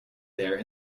there